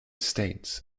states